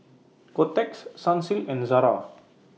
Kotex Sunsilk and Zara